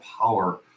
power